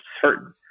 certain